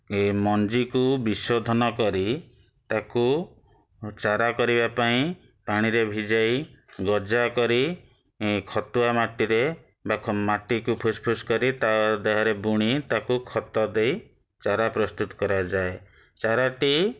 ଏ ମଞ୍ଜିକୁ ବିଶୋଧନ କରି ତାକୁ ଚାରା କରିବା ପାଇଁ ପାଣିରେ ଭିଜାଇ ଗଜା କରି ଖତୁଆ ମାଟିରେ ବା ମାଟିକୁ ଫୁସ୍ ଫୁସ୍ କରି ତା' ଦେହରେ ବୁଣି ତାକୁ ଖତ ଦେଇ ଚାରା ପ୍ରସ୍ତୁତ କରାଯାଏ ଚାରାଟି